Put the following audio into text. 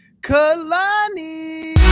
Kalani